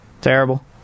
terrible